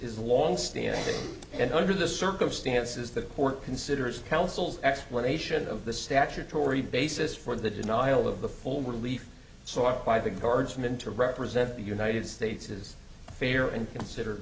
a long standing and under the circumstances the court considers council's explanation of the statutory basis for the denial of the full relief so i buy the guardsman to represent the united states is fair and consider